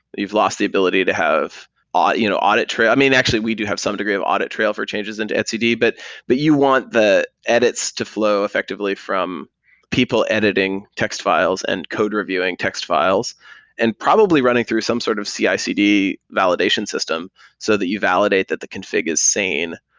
you've lost the ability to have audit you know audit trail actually, we do have some degree of audit trail for changes into etcd, but but you want the edits to flow effectively from people editing text files and code reviewing text files and probably running through some sort of cicd validation system so that you validate that the config is sane